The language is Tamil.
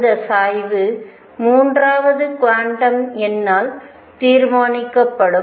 அந்த சாய்வு மூன்றாவது குவாண்டம் எண்ணால் தீர்மானிக்கப்படும்